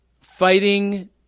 fighting